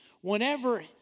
Whenever